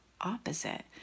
opposite